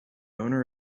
owner